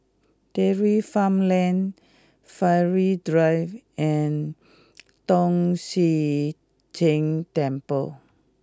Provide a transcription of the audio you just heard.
Dairy Farm Lane Farrer Drive and Tong Sian Tng Temple